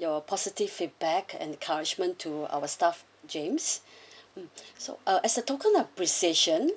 your positive feedback encouragement to our staff james mm so uh as a token of appreciation